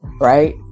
right